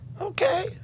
Okay